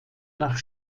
nach